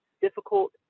difficult